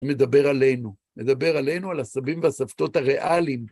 מדבר עלינו, מדבר עלינו על הסבים והסבתות הריאליים.